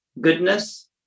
goodness